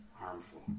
harmful